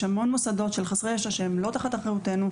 יש המון מוסדות של חסרי ישע שהם לא תחת אחריותנו,